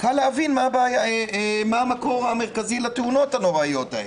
קל להבין מה המקור המרכזי לתאונות הנוראיות האלה.